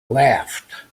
left